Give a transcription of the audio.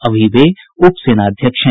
अभी वे उप सेनाध्यक्ष हैं